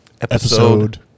Episode